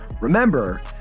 Remember